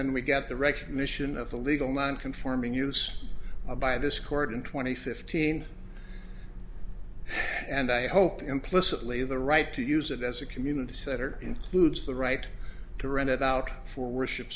then we got the recognition of the legal non conforming use by this court in twenty fifteen and i hope implicitly the right to use it as a community center includes the right to rent it out for worship